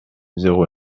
zéro